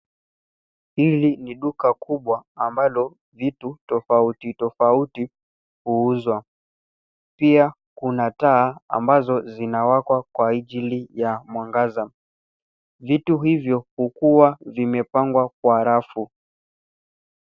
Hili ni duka kubwa ambalo vitu tofauti tofauti huuzwa. Pia kuna taa ambazo zinawekwa kwa ajili ya mwangaza. Vitu hivyo hukuwa vimepangwa kwa rafu.